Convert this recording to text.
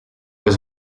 was